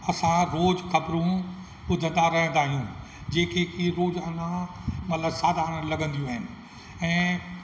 असां रोज़ु ख़बरूं ॿुधंदा रहंदा आहियूं जेके की रोज़ाना मतलबु साधारण लॻंदियूं आहिनि ऐं